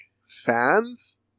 fans